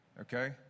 Okay